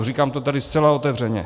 Říkám to tady zcela otevřeně.